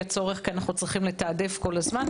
הצורך כי אנחנו צריכים לתעדף כל הזמן.